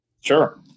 Sure